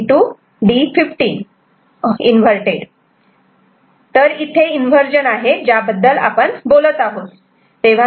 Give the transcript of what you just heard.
D15' तर इथे inversion आहे ज्या बद्दल आपण बोलत आहोत